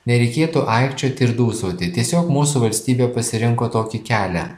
nereikėtų aikčioti ir dūsauti tiesiog mūsų valstybė pasirinko tokį kelią